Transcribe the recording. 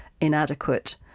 inadequate